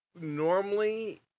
normally